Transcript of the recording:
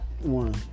One